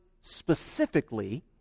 specifically